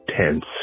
tense